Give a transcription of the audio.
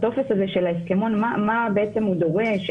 הטופס של ההסכמון מה הוא דורש,